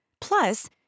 Plus